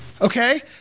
okay